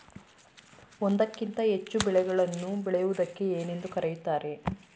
ಒಂದಕ್ಕಿಂತ ಹೆಚ್ಚು ಬೆಳೆಗಳನ್ನು ಬೆಳೆಯುವುದಕ್ಕೆ ಏನೆಂದು ಕರೆಯುತ್ತಾರೆ?